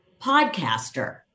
podcaster